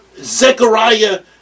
Zechariah